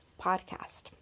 Podcast